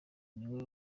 niwe